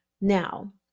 Now